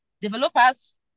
developers